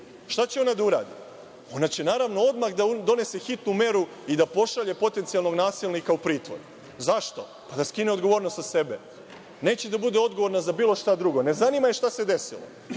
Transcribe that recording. Šta će ona da uradi? Ona će naravno da donese hitnu meru i da pošalje potencijalnog nasilnika u pritvor. Zašto? Da skine odgovornost sa sebe. Neće da bude odgovorna za bilo šta drugo, ne zanima je šta se desilo.